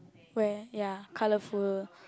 where ya colorful